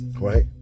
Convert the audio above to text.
Right